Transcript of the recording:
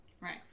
Right